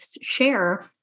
share